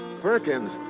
Perkins